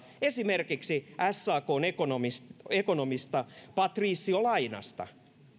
esimerkiksi sakn ekonomistista ekonomistista patrizio lainasta